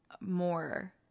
more